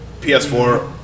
PS4